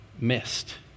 missed